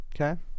Okay